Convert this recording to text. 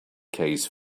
case